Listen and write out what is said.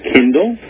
Kindle